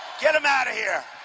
get him out of here.